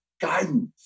guidance